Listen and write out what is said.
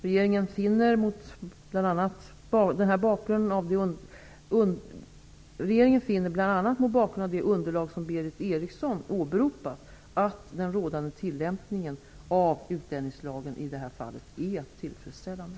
Regeringen finner, bl.a. mot bakgrund av det underlag som Berith Eriksson åberopat, att den rådande tillämpningen av utlänningslagen i detta fall är tillfredsställande.